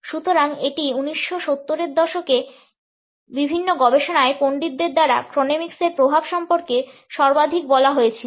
সুতরাং এটি 1970 এর দশকে বিভিন্ন গবেষণায় পণ্ডিতদের দ্বারা ক্রোনেমিক্সের প্রভাব সম্পর্কে সর্বাধিক বলা হয়েছিল